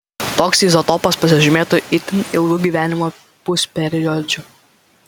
toks izotopas pasižymėtų itin ilgu gyvavimo pusperiodžiu